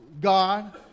God